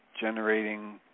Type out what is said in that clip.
generating